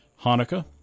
Hanukkah